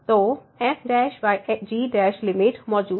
तो fg limit मौजूद है